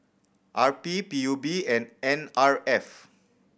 R P P U B and N R F